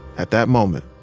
at that moment,